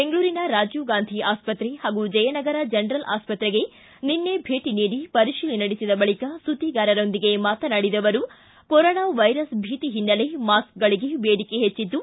ಬೆಂಗಳೂರಿನ ರಾಜೀವಗಾಂಧಿ ಆಸ್ಪತ್ರೆ ಹಾಗೂ ಜಯನಗರ ಜನರಲ್ ಆಸ್ಪತ್ರೆಗೆ ನಿನ್ನೆ ಭೇಟ ನೀಡಿ ಪರಿತೀಲನೆ ನಡೆಸಿದ ಬಳಕ ಸುದ್ದಿಗಾರರೊಂದಿಗೆ ಮಾತನಾಡಿದ ಅವರು ಕೊರೊನಾ ವೈರಸ್ ಭೀತಿ ಹಿನ್ನೆಲೆ ಮಾಸ್ಕ್ಗಳಿಗೆ ಬೇಡಿಕೆ ಹೆಚ್ಚಿದ್ದು